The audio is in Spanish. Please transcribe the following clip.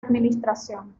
administración